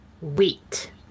wheat